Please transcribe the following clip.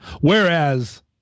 Whereas